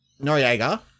Noriega